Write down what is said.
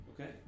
Okay